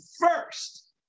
first